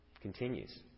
continues